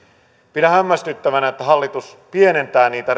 pidän hämmästyttävänä että hallitus pienentää niitä